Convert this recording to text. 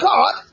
God